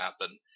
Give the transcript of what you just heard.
happen